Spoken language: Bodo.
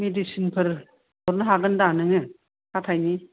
मिदिसिनफोर हरनो हागोन दा नोङो हाथायनि